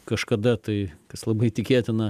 kažkada tai kas labai tikėtina